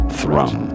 thrum